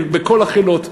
בכל החילות,